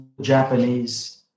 Japanese